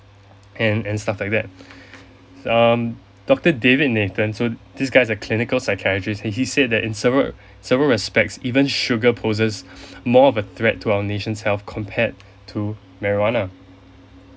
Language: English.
and and stuff like that um doctor david nathan so this guy is a clinical psychiatrist and he said that in several several respects even sugar poses more of a threat to our nation's health compared to marijuana